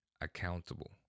accountable